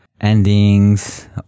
endings